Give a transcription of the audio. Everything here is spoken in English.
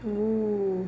oo